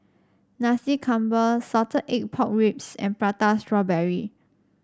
Nasi Campur Salted Egg Pork Ribs and Prata Strawberry